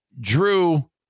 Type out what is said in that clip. Drew